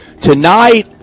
Tonight